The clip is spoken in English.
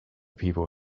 people